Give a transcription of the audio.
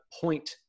point